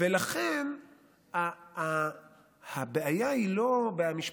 לכן הבעיה היא לא בעיה משפטית.